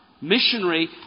missionary